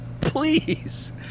please